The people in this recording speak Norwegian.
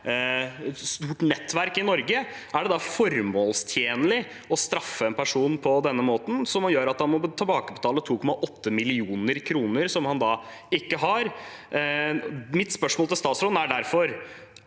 et stort nettverk i Norge – er det da formålstjenlig å straffe personen på denne måten, som gjør at han må tilbakebetale 2,8 mill. kr, som han ikke har? Mitt spørsmål til statsråden er derfor: